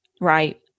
right